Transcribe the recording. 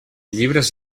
llibres